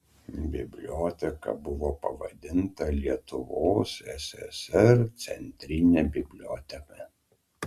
biblioteka buvo pavadinta lietuvos ssr centrine biblioteka